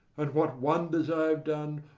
and what wonders i have done,